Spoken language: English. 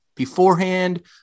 beforehand